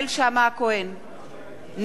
נגד יובל שטייניץ,